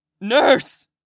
Nurse